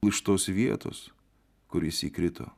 iš tos vietos kur jis įkrito